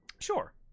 Sure